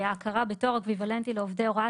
הכרה בתואר אקוויוולנטי לעובדי הוראה,